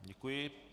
Děkuji.